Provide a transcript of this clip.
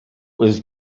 was